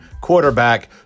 quarterback